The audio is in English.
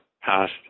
past